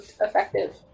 Effective